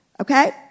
Okay